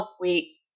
weeks